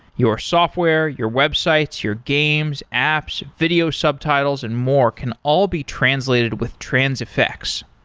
your software, your websites, your games, apps, video subtitles and more can all be translated with transifex.